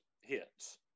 hits